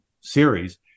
series